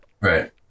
Right